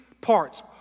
parts